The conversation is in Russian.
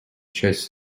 часть